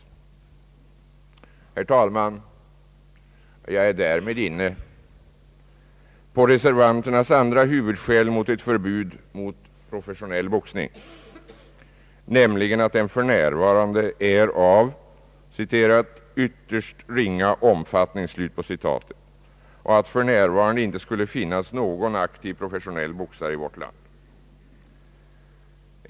Herr talman! Jag är därmed inne på reservanternas andra huvudskäl mot ett förbud mot professionell boxning, nämligen att den för närvarande är av »ytterst ringa omfattning», och att det för närvarande icke skulle finnas någon aktiv professionell boxare i vårt land.